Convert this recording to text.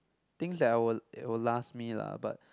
things that I will it will last me lah but